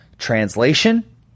Translation